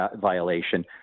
violation